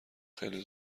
خیلی